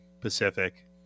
Pacific